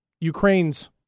Ukraine's